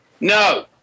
No